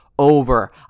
over